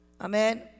Amen